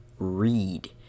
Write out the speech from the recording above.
read